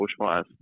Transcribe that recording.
bushfires